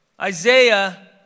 Isaiah